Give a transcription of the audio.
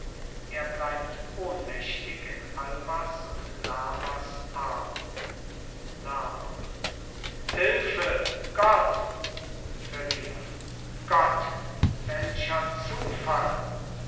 er bleibt ohnmächtig in albas und lermas armen lerma hülfe gott feria gott welcher zufall